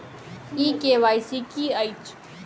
ई KYC की अछि?